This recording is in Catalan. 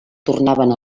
tornaven